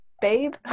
babe